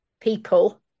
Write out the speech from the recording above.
people